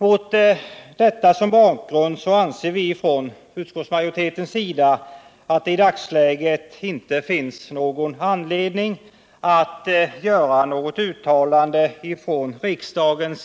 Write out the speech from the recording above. Med detta som bakgrund anser vi inom utskottsmajoriteten att det i dagsläget inte finns anledning att göra något uttalande från riksdagen